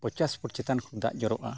ᱯᱚᱧᱪᱟᱥ ᱯᱷᱩᱴ ᱪᱮᱛᱟᱱ ᱠᱷᱚᱱ ᱫᱟᱜ ᱡᱚᱨᱚᱜᱼᱟ